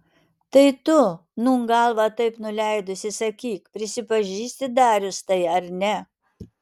tai tu nūn galvą taip nuleidusi sakyk prisipažįsti darius tai ar ne